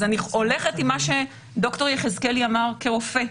אז אני הולכת עם מה שד"ר יחזקאלי אמר כרופא,